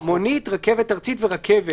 מונית, רכבת ארצית ורכבל.